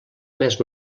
més